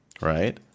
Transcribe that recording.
right